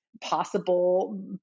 possible